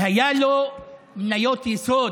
היו לו מניות יסוד